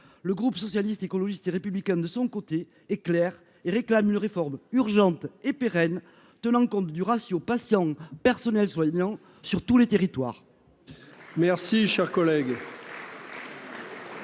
le groupe socialiste, écologiste et républicain, de son côté est claire et réclame une réforme urgente et pérenne, tenant compte du ratio patients personnel soignant sur tous les territoires.